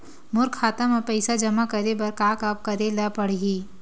मोर खाता म पईसा जमा करे बर का का करे ल पड़हि?